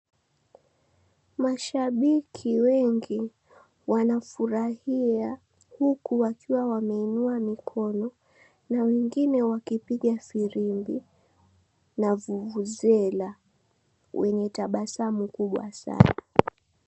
Mashabiki wengi wanafurahia huku wakiwa wameinua mikono na wengine wakipiga firimbi na vuvuzela wenye tabasamu kubwa sana.